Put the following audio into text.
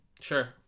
Sure